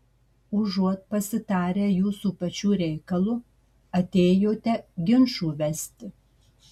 užuot pasitarę jūsų pačių reikalu atėjote ginčų vesti